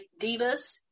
Divas